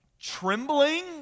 trembling